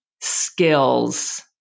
skills